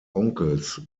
onkels